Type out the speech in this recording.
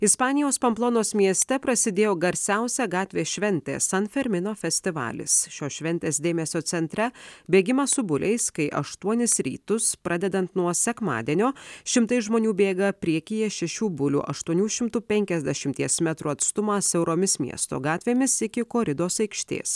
ispanijos pamplonos mieste prasidėjo garsiausia gatvės šventė san fermino festivalis šios šventės dėmesio centre bėgimas su buliais kai aštuonis rytus pradedant nuo sekmadienio šimtai žmonių bėga priekyje šešių bulių aštuonių šimtų penkiasdešimties metrų atstumą siauromis miesto gatvėmis iki koridos aikštės